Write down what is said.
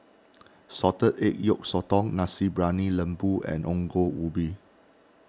Salted Egg Yolk Sotong Nasi Briyani Lembu and Ongol Ubi